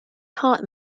heart